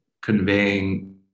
conveying